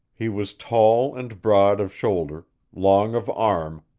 he was tall and broad of shoulder, long of arm,